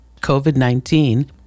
COVID-19